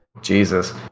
Jesus